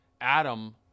Adam